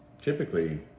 typically